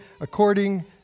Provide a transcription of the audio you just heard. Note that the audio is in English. according